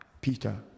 Peter